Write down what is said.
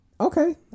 Okay